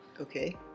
Okay